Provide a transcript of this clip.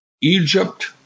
Egypt